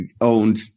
owned